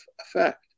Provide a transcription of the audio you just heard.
effect